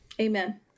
Amen